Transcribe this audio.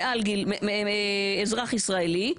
אזרח ישראלי,